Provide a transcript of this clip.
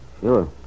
Sure